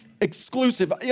exclusive